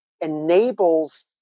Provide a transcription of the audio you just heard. enables